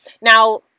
Now